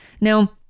Now